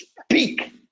speak